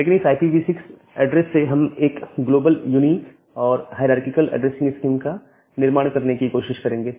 लेकिन इस IPv6 address से हम एक ग्लोबल यूनिक और हायररारकिकल ऐड्रेसिंग स्कीम का निर्माण करने की कोशिश करेंगे